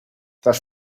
tras